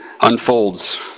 unfolds